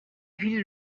ville